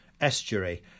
estuary